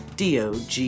Dog